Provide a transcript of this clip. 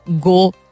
go